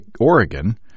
Oregon